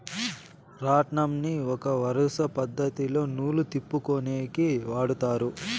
రాట్నంని ఒక వరుస పద్ధతిలో నూలు తిప్పుకొనేకి వాడతారు